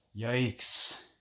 Yikes